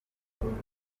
umugore